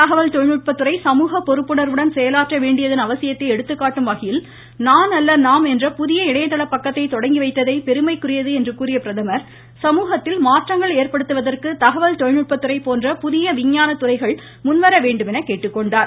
தகவல் தொழில்நுட்பத்துறை சமூகப் பொறுப்புணர்வுடன் செயலாற்ற வேண்டியதன் அவசியத்தை எடுத்துக்காட்டும் வகையில் நான் அல்ல நாம் என்ற புதிய இணையதள பக்கத்தை தொடங்கி வைத்ததை பெருமைக்குரியது என்று கூறிய பிரதமர் சமூகத்தில் மாற்றங்கள் ஏற்படுத்துவதற்கு தகவல் தொழில்நுட்பத்துறை போன்ற புதிய விஞ்ஞான துறைகள் முன்வர வேண்டும் என கேட்டுக்கொண்டார்